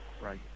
right